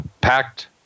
Packed